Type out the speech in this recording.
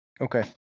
Okay